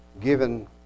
given